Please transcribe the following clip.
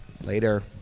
Later